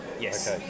yes